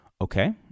okay